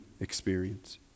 experience